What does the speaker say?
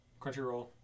Crunchyroll